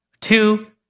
two